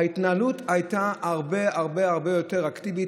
ההתנהלות הייתה הרבה הרבה הרבה יותר אקטיבית,